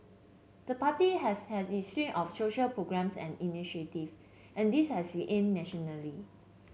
the party has had its slew of social programmes and initiative and these has aimed nationally